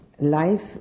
life